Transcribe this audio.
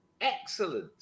excellent